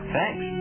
Thanks